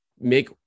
make